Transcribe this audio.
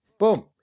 boom